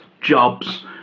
jobs